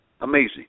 Amazing